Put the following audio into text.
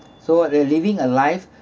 so they're living a life